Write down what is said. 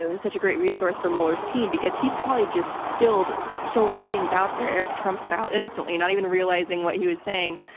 ah and such a great resource for mueller's team because he probably just spilled so many things out there eric trump-style, innocently, not even realizing what he was saying.